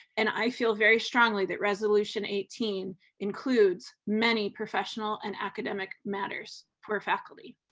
and i feel very strongly that residence using eighteen includes many professional and academic matters for faculty.